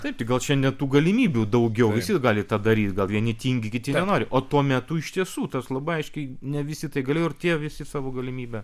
taip tik gal šiandien tų galimybių daugiau visi gali tą daryt gal vieni tingi kiti nenori o tuo metu iš tiesų tas labai aiškiai ne visi tai galėjo ir tie visi savo galimybę